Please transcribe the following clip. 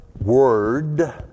word